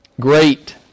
great